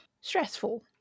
stressful